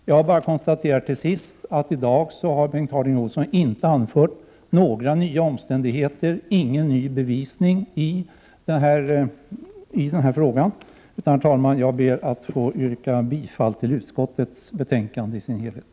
Till sist kan jag bara konstatera att Bengt Harding Olson inte har anfört några nya omständigheter eller kommit med någon ny bevisning i den här frågan. Herr talman! Jag yrkar bifall till utskottets hemställan på samtliga punkter.